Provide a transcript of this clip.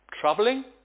troubling